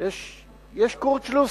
יש קורצשלוס.